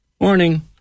Morning